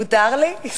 מותר לי?